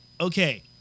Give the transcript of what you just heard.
Okay